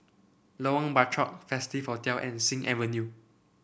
Lorong Bachok Festive Hotel and Sing Avenue